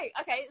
okay